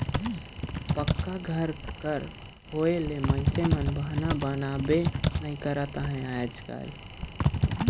पक्का घर कर होए ले मइनसे मन बहना बनाबे नी करत अहे आएज काएल